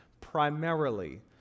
primarily